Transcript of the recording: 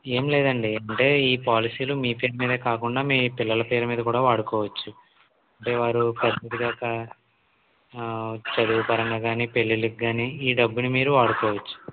ఏం లేదండి అంటే ఈ పాలసీలో మీ పేరు మీదే కాకుండా మీ పిల్లల పేరు మీద కూడా వాడుకోవచ్చు అంటే వారు పెద్దయ్యాక చదువు పరంగా కానీ పెళ్ళిళ్ళకు కానీ ఈ డబ్బుని మీరు వాడుకోవచ్చు